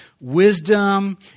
wisdom